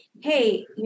Hey